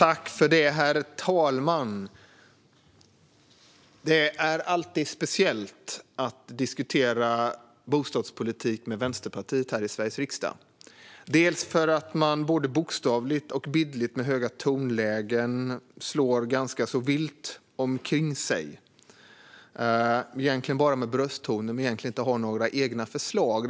Herr talman! Det är alltid speciellt att diskutera bostadspolitik med Vänsterpartiet här i Sveriges riksdag. Man slår ganska så vilt omkring sig och har både bokstavligt och bildligt höga tonlägen. Men egentligen är det bara brösttoner, för man har inte några egna förslag.